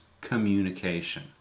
communication